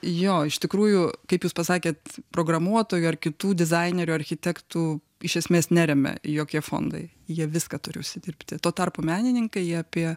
jo iš tikrųjų kaip jūs pasakėt programuotojų ar kitų dizainerių architektų iš esmės neremia jokie fondai jie viską turi užsidirbti tuo tarpu menininkai jie apie